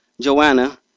Joanna